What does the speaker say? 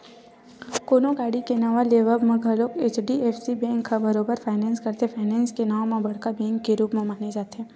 कोनो गाड़ी के नवा लेवब म घलोक एच.डी.एफ.सी बेंक ह बरोबर फायनेंस करथे, फायनेंस के नांव म बड़का बेंक के रुप माने जाथे